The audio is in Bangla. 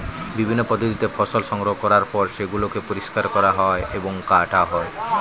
বিভিন্ন পদ্ধতিতে ফসল সংগ্রহ করার পর সেগুলোকে পরিষ্কার করা হয় এবং কাটা হয়